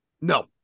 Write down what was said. No